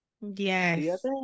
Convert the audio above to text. yes